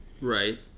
right